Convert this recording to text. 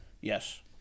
Yes